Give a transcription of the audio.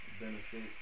benefit